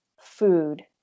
food